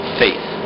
faith